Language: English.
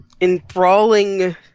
enthralling